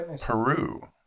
Peru